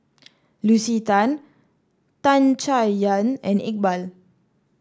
Lucy Tan Tan Chay Yan and Iqbal